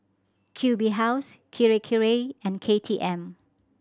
Q B House Kirei Kirei and K T M